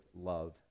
love